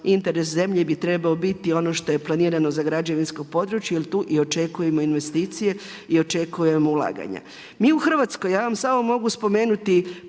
interes zemlje bi trebao biti ono što je planirano za građevinsko područje jer tu i očekujemo investicije i očekujemo ulaganja. Mi u Hrvatskoj, ja vam samo mogu spomenuti